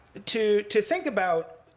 to to think about